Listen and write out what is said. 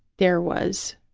there was,